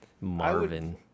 marvin